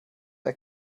der